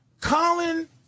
Colin